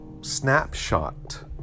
snapshot